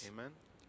Amen